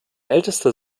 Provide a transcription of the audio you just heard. ältester